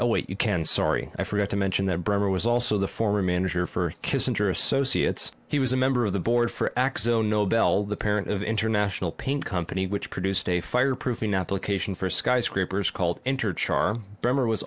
and what you can sorry i forgot to mention that bremmer was also the former manager for kissinger associates he was a member of the board for x the nobel the parent of international pain company which produced a fireproofing application for skyscrapers called enter charm bremmer was